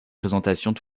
présentations